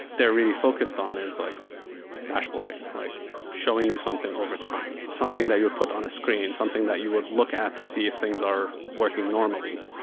they're really focused on is like dashboarding, like showing you something overtime. something that you put on a screen. something that you would look at to see if things are working normally.